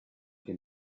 che